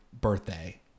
birthday